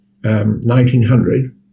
1900